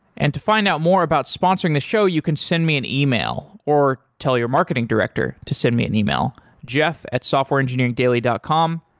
and to find out more about sponsoring the show, you can send me an email or tell your marketing director to send me an email, jeff at softwareengineeringdaily dot com.